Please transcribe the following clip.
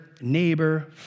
neighbor